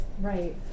right